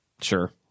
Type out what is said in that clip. Sure